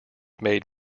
made